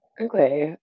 okay